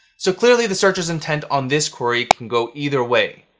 so clearly, the searcher's intent on this query can go either way.